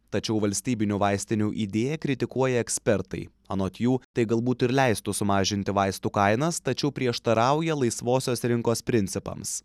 tačiau valstybinių vaistinių idėją kritikuoja ekspertai anot jų tai galbūt ir leistų sumažinti vaistų kainas tačiau prieštarauja laisvosios rinkos principams